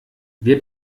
wir